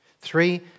Three